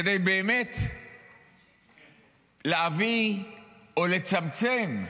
כדי באמת להביא או לצמצם,